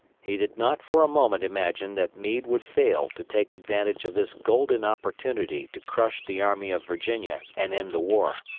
he did not for a moment imagine that meade would fail to take advantage of this golden opportunity to crush the army of virginia and end the war.